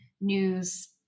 news